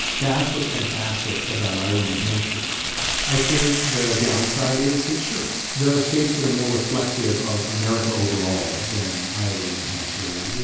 that's what's fantastic about iowa and new hampshire i think the downside is that, sure, there are states that are more reflective of america overall than iowa and new hampshire. and you